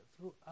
throughout